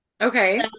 Okay